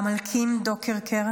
גם על קים דוקרקר,